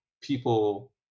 people